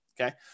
Okay